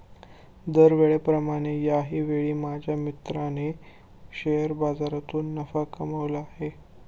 दरवेळेप्रमाणे याही वेळी माझ्या मित्राने शेअर बाजारातून नफा कमावला आहे